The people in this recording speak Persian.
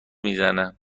میزنه